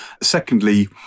Secondly